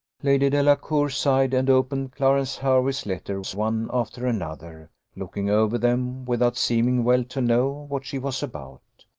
lady delacour sighed, and opened clarence hervey's letters one after another, looking over them without seeming well to know what she was about.